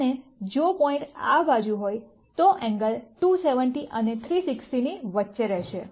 અને જો પોઇન્ટ આ બાજુ હોય તો એંગલ 270 અને 360 ની વચ્ચે રહેશે